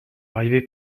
arriver